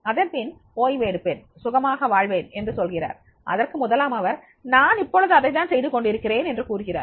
அதன்பின் ஓய்வு எடுப்பேன் சுகமாக வாழ்வேன் என்று சொல்கிறார் அதற்கு முதலாமவர் நான் இப்பொழுது அதைத்தான் செய்து கொண்டிருக்கிறேன் என்று கூறுகிறார்